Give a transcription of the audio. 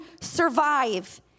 survive